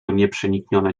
nieprzeniknione